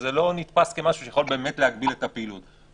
וזה לא נתפס כמשהו שיכול באמת להגביל את הפעילות.